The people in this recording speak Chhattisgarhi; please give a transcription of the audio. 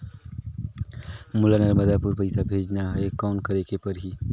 मोला नर्मदापुर पइसा भेजना हैं, कौन करेके परही?